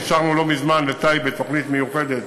אישרנו לא מזמן לטייבה תוכנית מיוחדת